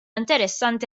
interessanti